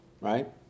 right